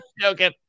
joking